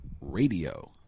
radio